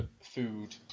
food